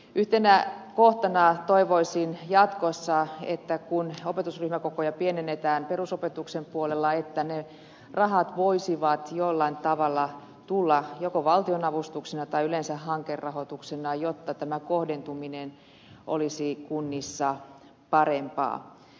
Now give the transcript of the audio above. yhtenä kohtana toivoisin jatkossa kun opetusryhmäkokoja pienennetään perusopetuksen puolella että ne rahat voisivat jollain tavalla tulla joko valtionavustuksina tai yleensä hankerahoituksena jotta tämä kohdentuminen olisi kunnissa parempaa